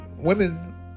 women